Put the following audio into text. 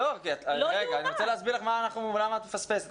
אני אסביר לך מה את מפספסת.